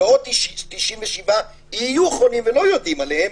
ועוד 97% יהיו חולים ולא יודעים עליהם,